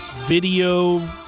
video